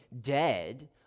dead